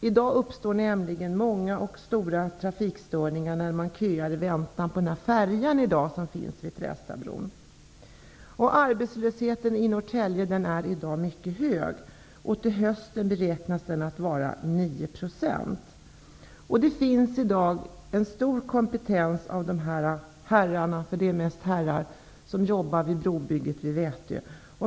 I dag uppstår många och stora trafikstörningar när folk köar i väntan på färjan vid Trästabron. Arbetslösheten i Norrtälje är i dag mycket hög. Till hösten beräknas den vara 9 %. Det finns i dag en stor kompetens hos dessa herrar -- det är mest herrar -- som arbetar vid brobygget vid Vätö.